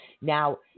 Now